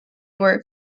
were